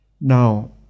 Now